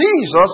Jesus